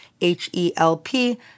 H-E-L-P